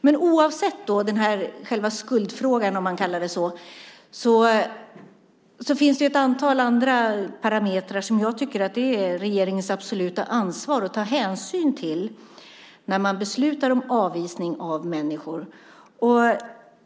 Men oavsett själva skuldfrågan, om man kallar den så, finns det ett antal andra parametrar som jag tycker är regeringens absoluta ansvar att ta hänsyn till när man beslutar om avvisning av människor.